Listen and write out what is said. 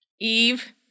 Eve